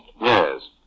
Yes